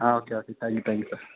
ആ okay okay thank you thank you sir